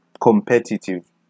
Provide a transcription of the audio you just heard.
competitive